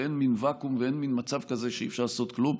ואין מין ואקום ואין מין מצב כזה שאי-אפשר לעשות כלום.